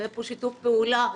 היה פה שיתוף פעולה,